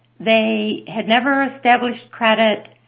they had never established credit.